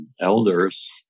elders